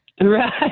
Right